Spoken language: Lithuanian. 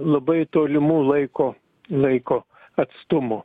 labai tolimų laiko laiko atstumo